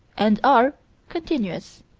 and are continuous.